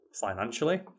financially